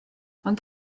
ond